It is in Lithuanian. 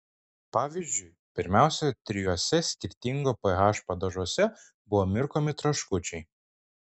pavyzdžiui pirmiausia trijuose skirtingo ph padažuose buvo mirkomi traškučiai